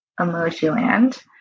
Emojiland